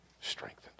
strengthened